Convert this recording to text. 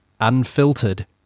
unfiltered